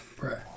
Right